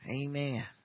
Amen